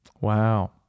Wow